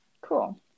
cool